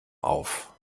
auf